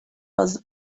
was